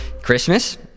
Christmas